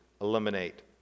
eliminate